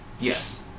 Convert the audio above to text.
Yes